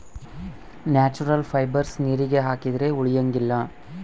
natural fibres ನೀರಿಗೆ ಹಾಕಿದ್ರೆ ಉಳಿಯಂಗಿಲ್ಲ